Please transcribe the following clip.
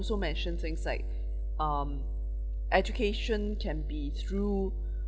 also mention things like um education can be through